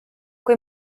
kui